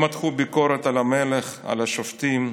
הם מתחו ביקורת על המלך, על השופטים,